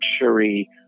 luxury